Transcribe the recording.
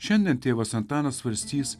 šiandien tėvas antanas svarstys